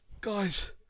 Guys